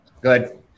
good